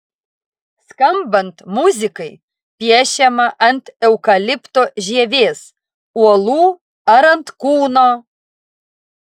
skambant muzikai piešiama ant eukalipto žievės uolų ar ant kūno